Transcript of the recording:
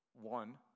One